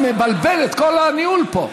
זה מבלבל את כל הניהול פה.